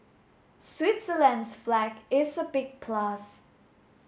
Switzerland's flag is a big plus